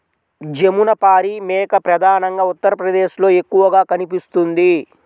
జమునపారి మేక ప్రధానంగా ఉత్తరప్రదేశ్లో ఎక్కువగా కనిపిస్తుంది